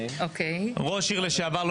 ראש עיר לשעבר,